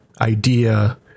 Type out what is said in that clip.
idea